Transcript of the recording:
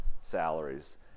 salaries